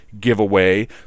giveaway